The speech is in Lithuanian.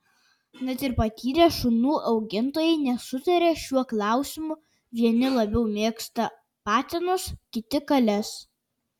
net ir patyrę šunų augintojai nesutaria šiuo klausimu vieni labiau mėgsta patinus kiti kales